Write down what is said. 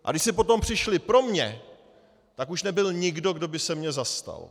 A když si potom přišli pro mě, tak už nebyl nikdo, kdo by se mě zastal.